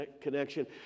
Connection